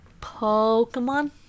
Pokemon